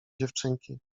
dziewczynki